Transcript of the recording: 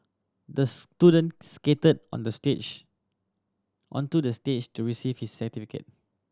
the student skated on the stage onto the stage to receive his certificate